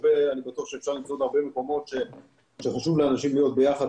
אני בטוח שאפשר למצוא עוד הרבה מקומות שחשוב לאנשים להיות ביחד,